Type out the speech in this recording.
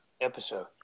episode